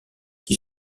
qui